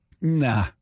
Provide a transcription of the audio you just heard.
nah